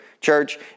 Church